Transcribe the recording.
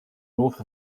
north